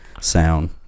sound